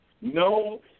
No